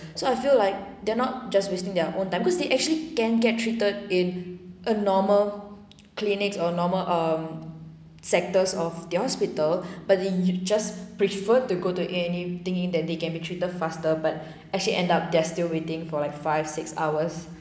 so I feel like they're not just wasting their own time because they actually can get treated in a normal clinics or normal um sectors of the hospital but you just prefer to go to a and e thinking that they can be treated faster but actually end up they are still waiting for like five six hours